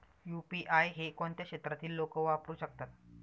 UPI हे कोणत्या क्षेत्रातील लोक वापरू शकतात?